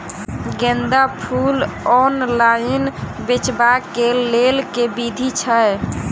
गेंदा फूल ऑनलाइन बेचबाक केँ लेल केँ विधि छैय?